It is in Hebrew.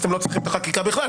אז אתם לא צריכים את החקיקה בכלל,